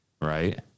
right